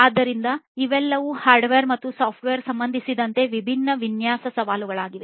ಆದ್ದರಿಂದ ಇವೆಲ್ಲವೂ ಹಾರ್ಡ್ವೇರ್ ಮತ್ತು ಸಾಫ್ಟ್ವೇರ್ಗೆ ಸಂಬಂಧಿಸಿದಂತೆ ವಿಭಿನ್ನ ವಿನ್ಯಾಸ ಸವಾಲುಗಳಾಗಿವೆ